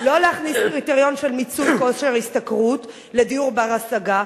לא להכניס קריטריון של מיצוי כושר ההשתכרות לדיור בר-השגה,